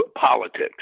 politics